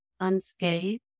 unscathed